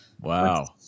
Wow